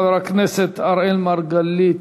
חבר הכנסת אראל מרגלית,